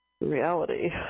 reality